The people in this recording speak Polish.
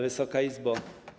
Wysoka Izbo!